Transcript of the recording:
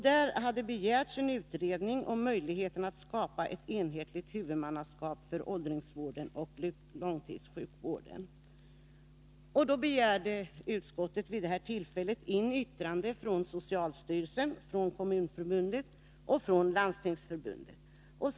Där hade begärts en utredning om möjligheten att skapa ett enhetligt huvudmannaskap för åldringsvården och långtidssjukvården. Vid det tillfället begärde utskottet in yttrande från socialstyrelsen, från Kommunförbundet och från Landstingsförbundet.